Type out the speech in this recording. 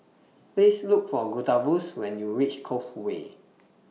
Please Look For Gustavus when YOU REACH Cove Way